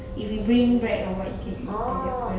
mm oh